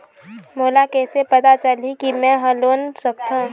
मोला कइसे पता चलही कि मैं ह लोन ले सकथों?